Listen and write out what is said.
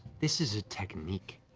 this is a technique.